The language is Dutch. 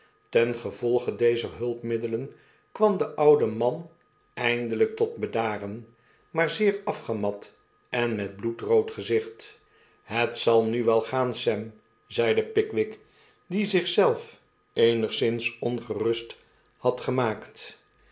ten gevolge dezer hulpmiddelen kwam de oude man eindelijk tot bedaren maar zeer afgemat en met bloedrood gezicht het zal nu wel gaan sam zeide pickwick die zich zelf eenigszins ongerust had gemaakt